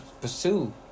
pursue